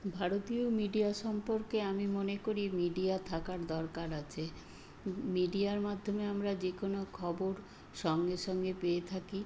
ভারতীয় মিডিয়া সম্পর্কে আমি মনে করি মিডিয়া থাকার দরকার আছে মিডিয়ার মাধ্যমে আমরা যে কোনো খবর সঙ্গে সঙ্গে পেয়ে থাকি